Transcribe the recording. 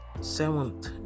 Seventh